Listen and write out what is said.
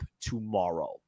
tomorrow